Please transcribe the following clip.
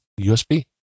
usb